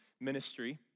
Ministry